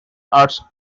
arts